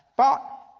but,